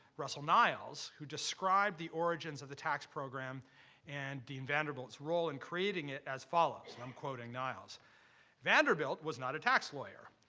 russell niles, who described the origins of the tax program and dean vanderbilt's role in creating it as follows, and i'm quoting niles vanderbilt was not a tax lawyer.